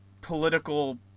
political